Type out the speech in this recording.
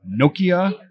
Nokia